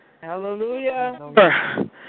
Hallelujah